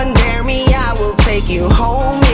um dare me i will take you home